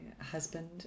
husband